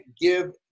give